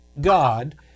God